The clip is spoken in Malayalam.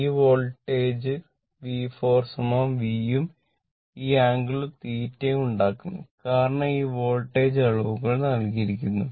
ഈ വോൾട്ടേജ് V4 V ഉം ഈ ആംഗിളും തീറ്റ ഉണ്ടാക്കുന്നു കാരണം ഈ വോൾട്ടേജ് അളവുകൾ നൽകിയിരിക്കുന്നു